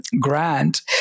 Grant